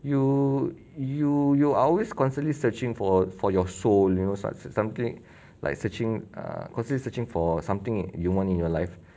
you you you are always constantly searching for for your soul you know some~ something like searching err consider searching for something you want in your life